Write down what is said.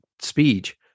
speech